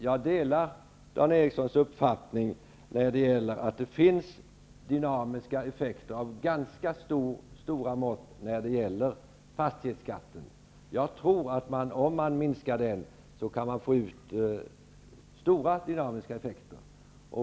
Jag delar Dan Erikssons i Stockholm uppfattning att det finns dynamiska effekter av ganska stora mått när det gäller fastighetsskatten. Om man minskar den, tror jag att man skulle kunna få stora dynamiska effekter.